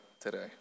today